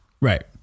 Right